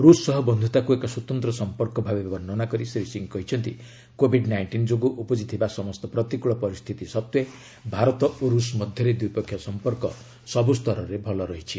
ରୁଷ ସହ ବନ୍ଧୁତାକୁ ଏକ ସ୍ୱତନ୍ତ୍ର ସମ୍ପର୍କ ଭାବେ ବର୍ଷ୍ଣନା କରି ଶ୍ରୀ ସିଂହ କହିଛନ୍ତି କୋଭିଡ୍ ନାଇଷ୍ଟିନ୍ ଯୋଗୁଁ ଉପୁଜିଥିବା ସମସ୍ତ ପ୍ରତିକୃଳ ପରିସ୍ଥିତି ସଭ୍ୱେ ଭାରତ ଓ ରୁଷ ମଧ୍ୟରେ ଦ୍ୱିପକ୍ଷିୟ ସମ୍ପର୍କ ସବୁ ସ୍ତରରେ ଭଲ ରହିଛି